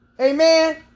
Amen